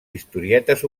historietes